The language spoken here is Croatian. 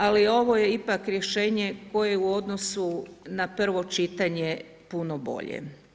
Ali ovo je ipak rješenje, koje u odnosu na prvo čitanje puno bolje.